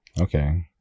Okay